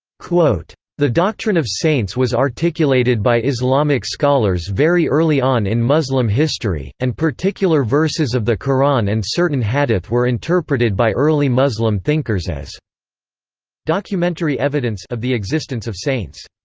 the doctrine of saints was articulated by islamic scholars very early on in muslim history, and particular verses of the quran and certain hadith were interpreted by early muslim thinkers as documentary evidence of the existence of saints.